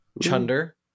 chunder